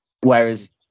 Whereas